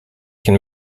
can